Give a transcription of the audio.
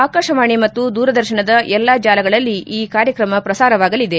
ಆಕಾಶವಾಣಿ ಮತ್ತು ದೂರದರ್ಶನದ ಎಲ್ಲ ಜಾಲಗಳಲ್ಲಿ ಈ ಕಾರ್ಯಕ್ರಮ ಪ್ರಸಾರವಾಗಲಿದೆ